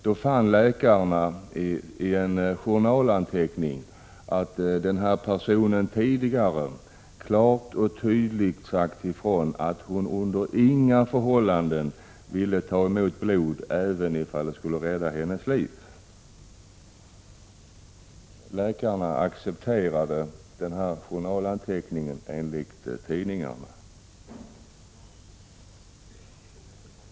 Läkarna fann i en journal att patienten tidigare klart och tydligt sagt ifrån att hon under inga förhållanden ville ta emot blod, även om detta kunde rädda hennes liv. Enligt tidningarna accepterade läkarna journalanteckningen.